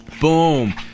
Boom